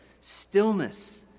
stillness